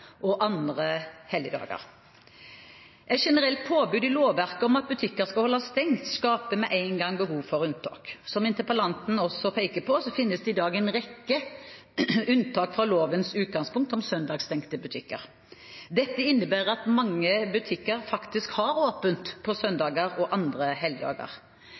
og andre helligdager. Et generelt påbud i lovverket om at butikker skal holde stengt, skaper med en gang behov for unntak. Som interpellanten også peker på, finnes det i dag en rekke unntak fra lovens utgangspunkt om søndagsstengte butikker. Dette innebærer at mange butikker faktisk har åpent på søndager og andre